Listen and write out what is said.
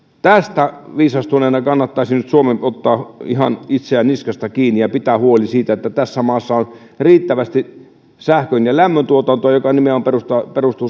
tästä viisastuneena kannattaisi nyt suomen ottaa ihan itseään niskasta kiinni ja pitää huoli siitä että tässä maassa on riittävästi sähkön ja lämmöntuotantoa joka perustuu